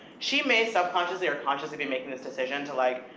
she may subconsciously or consciously be making this decision to like,